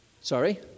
sorry